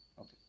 okay